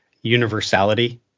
universality